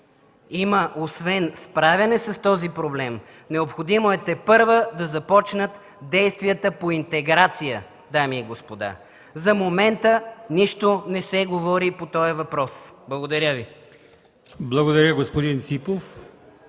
че освен справяне с този проблем е необходимо тепърва да започнат действията по интеграция, дами и господа. За момента нищо не се говори по този въпрос. Благодаря Ви. ПРЕДСЕДАТЕЛ